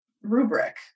Rubric